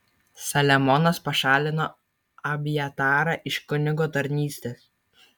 saliamonas pašalino abjatarą iš kunigo tarnystės